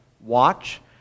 watch